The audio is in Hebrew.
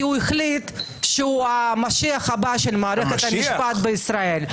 החליט שהוא המשיח הבא של מערכת המשפט בישראל.